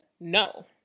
No